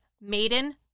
maiden